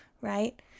right